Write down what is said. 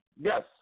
Yes